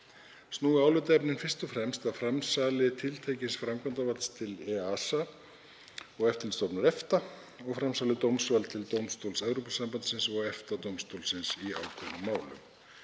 Snúa álitaefnin fyrst og fremst að framsali tiltekins framkvæmdarvalds til EASA og Eftirlitsstofnunar EFTA og framsali dómsvalds til dómstóls Evrópusambandsins og EFTA-dómstólsins í ákveðnum málum.